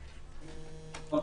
בקצרה,